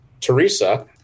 Teresa